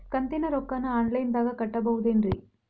ಕಂತಿನ ರೊಕ್ಕನ ಆನ್ಲೈನ್ ದಾಗ ಕಟ್ಟಬಹುದೇನ್ರಿ?